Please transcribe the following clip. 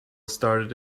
started